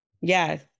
Yes